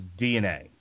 DNA